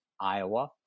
Iowa